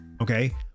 Okay